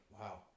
Wow